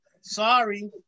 sorry